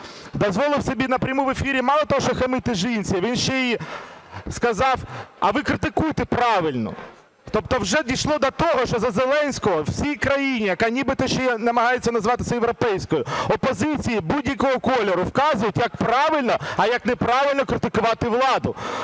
дозволив собі напряму в ефірі мало того, що хамити жінці, він ще і сказав: а ви критикуйте правильно. Тобто вже дійшло до того, що за Зеленського в цій країні, яка нібито ще намагається називатися європейською, опозиції будь-якого кольору вказують, як правильно, а як не правильно критикувати владу.